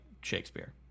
Shakespeare